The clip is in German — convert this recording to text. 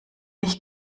ich